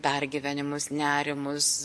pergyvenimus nerimus